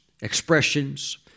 expressions